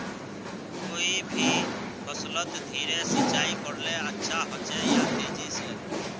कोई भी फसलोत धीरे सिंचाई करले अच्छा होचे या तेजी से?